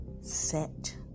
set